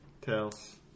Tails